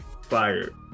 fired